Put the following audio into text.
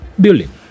building